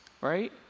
right